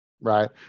right